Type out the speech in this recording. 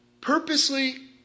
purposely